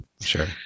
Sure